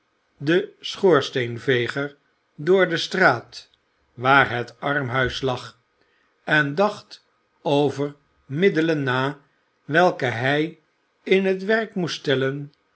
de schoorsteenveger door de straat waar het armhuis lag en dacht over middelen na welke hij in het werk moest stellen